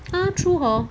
ah true hor